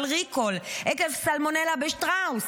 על ריקול עקב סלמונלה בשטראוס,